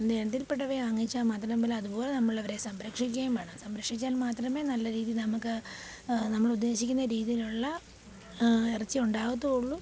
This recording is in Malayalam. നല്ല ഇനത്തിൽപ്പെട്ടവയെ വാങ്ങിച്ചാൽ മാത്രം പോരാ അതുപോലെ നമ്മളവരെ സംരക്ഷിക്കുകയും വേണം സംരക്ഷിച്ചാൽ മാത്രമെ നല്ല രീതിയിൽ നമുക്ക് നമ്മൾ ഉദ്ദേശിക്കുന്ന രീതിയിലുള്ള ഇറച്ചി ഉണ്ടാകത്തുള്ളൂ